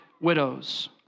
widows